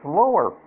lower